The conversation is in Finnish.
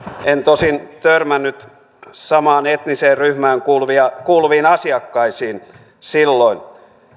en tosin törmännyt samaan etniseen ryhmään kuuluviin asiakkaisiin silloin